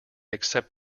accept